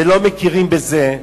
ולא מכירים בזה,